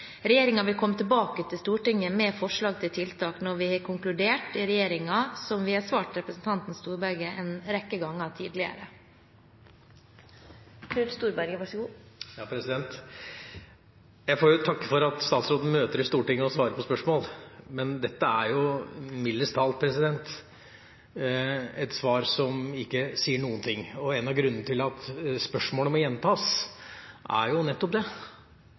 vil komme tilbake til Stortinget med forslag til tiltak når vi har konkludert i regjeringen, som vi har svart representanten Storberget en rekke ganger tidligere. Jeg får jo takke for at statsråden møter i Stortinget og svarer på spørsmål, men dette er mildest talt et svar som ikke sier noen ting. En av grunnene til at spørsmålet må gjentas, er jo nettopp